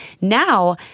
now